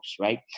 right